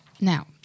Now